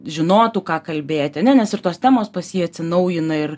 žinotų ką kalbėti ane nes ir tos temos pas jį atsinaujina ir